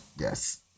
Yes